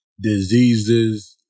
diseases